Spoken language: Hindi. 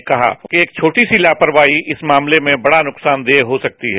उन्होंने कहा कि एक छोटी सी लापरवाही इस मामले में बड़ा नुकसान देय हो सकती है